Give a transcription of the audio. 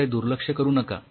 याकडे दुर्लक्ष करू नका